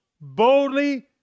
boldly